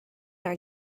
are